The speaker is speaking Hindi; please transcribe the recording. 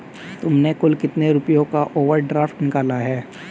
तुमने कुल कितने रुपयों का ओवर ड्राफ्ट निकाला है?